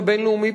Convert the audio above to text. הבין-לאומי,